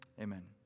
Amen